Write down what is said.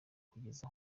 kugeza